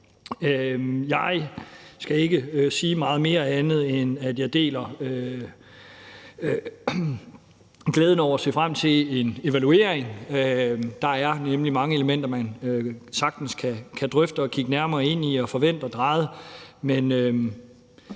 Jeg skal ikke sige meget mere, andet end at jeg deler glæden over og ser frem til en evaluering. Der er nemlig mange elementer, man sagtens kan drøfte og kigge nærmere ind i og få vendt og drejet,